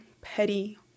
petty